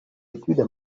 études